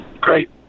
Great